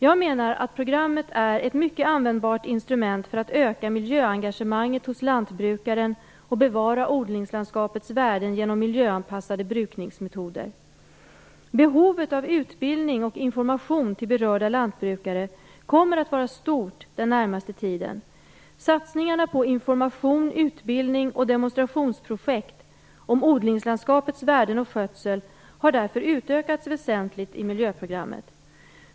Jag menar att programmet är ett mycket användbart instrument för att öka miljöengagemanget hos lantbrukaren och bevara odlingslandskapets värden genom miljöanpassade brukningsmetoder. Behovet av utbildning och information till berörda lantbrukare kommer att vara stort den närmaste tiden. Satsningarna på information, utbildning och demonstrationsprojekt om odlingslandskapets värden och skötsel har därför utökats väsentligt i miljöprogrammet.